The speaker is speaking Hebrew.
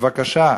בבקשה,